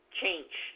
change